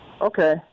Okay